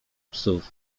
psów